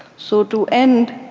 so to end,